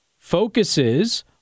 focuses